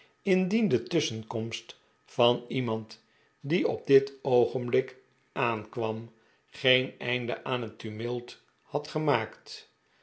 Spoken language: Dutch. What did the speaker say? de tusschenkomst van iemand die op dit oogenblik aankwam geen einde aan het tumult had gemaakt